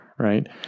Right